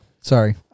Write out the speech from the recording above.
Sorry